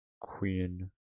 Queen